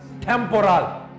temporal